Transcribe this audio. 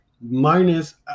minus